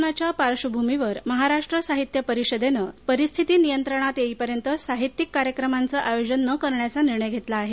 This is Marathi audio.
कोरोनाच्या पार्श्वभूमीवर महाराष्ट्र साहित्य परीषदेनं परिस्थिती नियंत्रणात येईपर्यंत साहित्यिक कार्यक्रमांचे आयोजन न करण्याचा निर्णय घेतला आहे